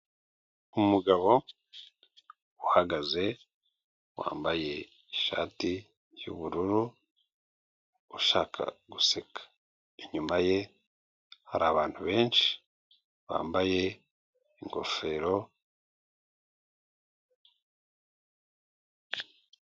Umugabo uhagaze, wambaye ishati y'ubururu, ushaka guseka. Inyuma ye hari abantu benshi, bambaye ingofero.